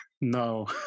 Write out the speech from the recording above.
No